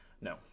No